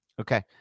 Okay